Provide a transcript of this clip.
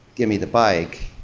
give me the bike,